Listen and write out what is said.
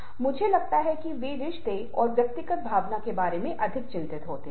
तो क्रोध पीड़ा भय कुछ निश्चित शारीरिक लक्षण हैं हम इस बारे में बात करेंगे